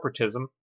corporatism